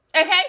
Okay